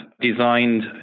designed